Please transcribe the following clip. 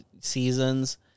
seasons